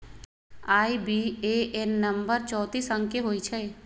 IBAN number चौतीस अंक के होइ छइ